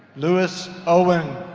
lewis owen